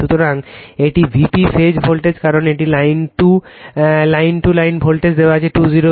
সুতরাং এটি VPফেজ ভোল্টেজ কারণ এটি line 2 line to line voltage দেওয়া আছে 208